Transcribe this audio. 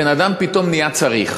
אדם פתאום נהיה צריך.